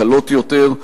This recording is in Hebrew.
הקלות יותר,